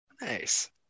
Nice